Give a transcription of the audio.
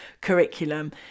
curriculum